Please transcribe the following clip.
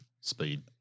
Speed